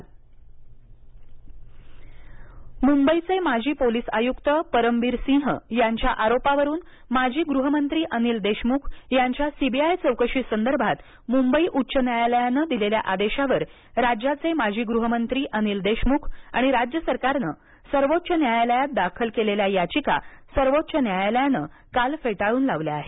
देशमख याचिका मुंबईचे माजी पोलिस आयुक्त परमबीर सिंह यांच्या आरोपावरून माजी गृहमंत्री अनिल देशमुख यांच्या सीबीआय चौकशीसंदर्भात मुंबई उच्च न्यायालयाने दिलेल्या आदेशावर राज्याचे माजी गृहमंत्री अनिल देशमुख आणि राज्य सरकारने सर्वोच्च न्यायालयात दाखल केलेल्या याचिका सर्वोच्च न्यायालयाने काल फेटाळून लावल्या आहेत